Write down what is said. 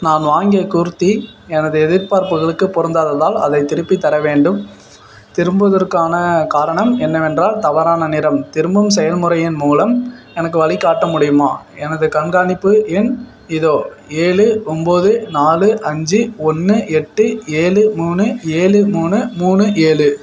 நான் வாங்கிய குர்த்தி எனது எதிர்பார்ப்புகளுக்கு பொருந்தாததால் அதை திருப்பி தர வேண்டும் திரும்புவதற்கான காரணம் என்னவென்றால் தவறான நிறம் திரும்பும் செயல் முறையின் மூலம் எனக்கு வழிகாட்ட முடியுமா எனது கண்காணிப்பு எண் இதோ ஏழு ஒம்போது நாலு அஞ்சு ஒன்று எட்டு ஏழு மூணு ஏழு மூணு மூணு ஏழு